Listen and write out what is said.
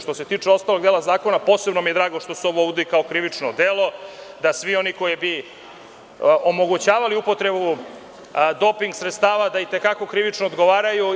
Što se tiče ostalog dela zakona, posebno mi je drago što se ovo uvodi kao krivično delo, da svi oni koji bi omogućavali upotrebu doping sredstava i te kako krivično odgovaraju.